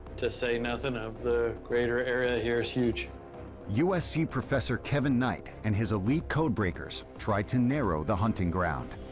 to say nothing of the greater area here, is huge. narrator usc professor kevin knight and his elite code breakers try to narrow the hunting ground.